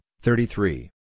thirty-three